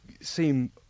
seem